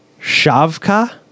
Shavka